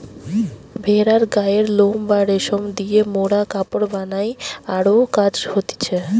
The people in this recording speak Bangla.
ভেড়ার গায়ের লোম বা রেশম দিয়ে মোরা কাপড় বানাই আরো কাজ হতিছে